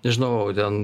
nežinau ten